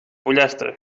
pollastre